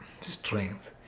strength